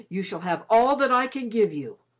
you shall have all that i can give you,